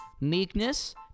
meekness